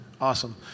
Awesome